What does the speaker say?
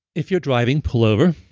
if you're driving, pull over.